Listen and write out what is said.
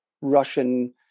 Russian